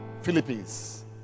philippines